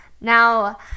Now